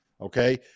okay